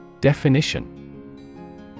Definition